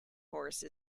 horse